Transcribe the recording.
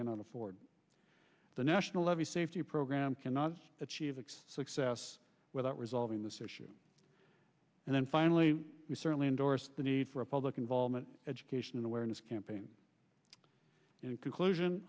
cannot afford the national levy safety program cannot achieve success without resolving this issue and then finally we certainly endorse the need for a public involvement education awareness campaign inclusion